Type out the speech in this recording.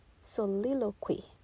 soliloquy